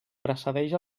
precedeix